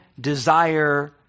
desire